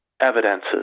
evidences